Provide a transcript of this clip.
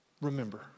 Remember